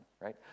right